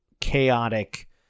chaotic